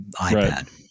iPad